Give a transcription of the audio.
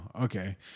okay